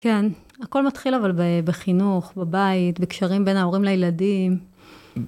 כן, הכל מתחיל אבל בחינוך, בבית, בקשרים בין ההורים לילדים.